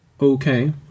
Okay